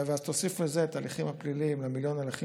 תוסיף את ההליכים הפליליים למיליון הליכים